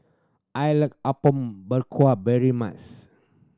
I like Apom Berkuah very